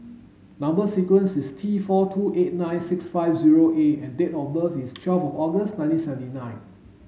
number sequence is T four two eight nine six five zero A and date of birth is twelve August nineteen seventy nine